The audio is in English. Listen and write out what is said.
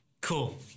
cool